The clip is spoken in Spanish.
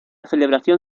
celebración